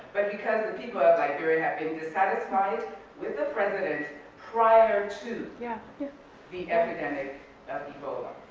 but because the people of liberia have been dissatisfied with the president prior to yeah yeah the epidemic of ebola,